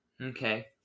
Okay